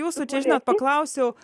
jūsų čia žinot paklausiu